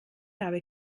habe